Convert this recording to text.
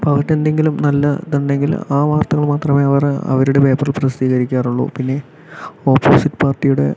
ഇപ്പോൾ അവർക്ക് എന്തെങ്കിലും നല്ല ഇതുണ്ടെങ്കിൽ ആ വാർത്തകൾ മാത്രമേ അവർ അവരുടെ പേപ്പറിൽ പ്രസിദ്ധീകരിക്കാറുള്ളൂ പിന്നെ ഓപ്പോസിറ്റ് പാർട്ടിയുടെ